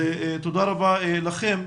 תודה רבה לכם.